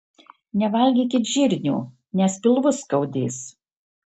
nevalgykit žirnių nes pilvus skaudės